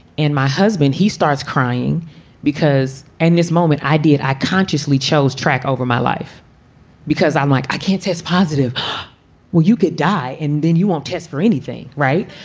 and my husband, he starts crying because and this moment idea i consciously chose track over my life because i'm like, i can't test positive well, you could die and then you won't test for anything. right.